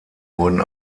wurden